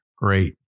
Great